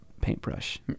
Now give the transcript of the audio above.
paintbrush